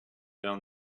down